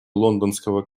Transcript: лондонского